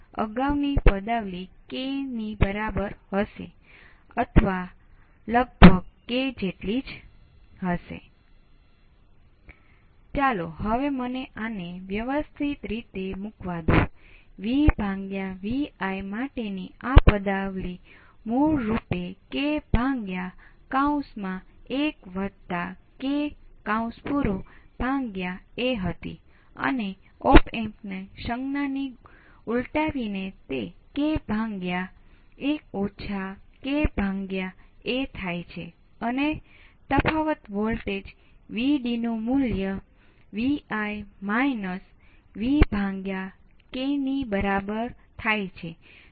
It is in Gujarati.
તેથી ચાલો હવે આપણે અહીં શું થાય છે તે કહીએ કે જો આપણે એવી ધારણાઓ કરીએ કે આપણે અહીં Vtest ને લાગુ કરીએ તો આ બિંદુ ૦ પર છે